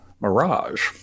Mirage